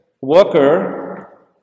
worker